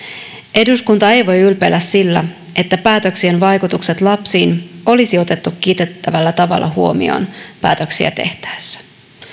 eduskunta ei voi ylpeillä sillä että päätöksien vaikutukset lapsiin olisi otettu kiitettävällä tavalla huomioon päätöksiä tehtäessä